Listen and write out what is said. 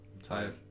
Tired